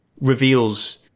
reveals